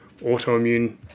autoimmune